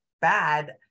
bad